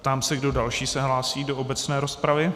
Ptám se, kdo další se hlásí do obecné rozpravy.